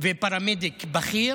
ופרמדיק בכיר.